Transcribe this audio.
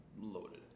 loaded